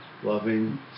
Loving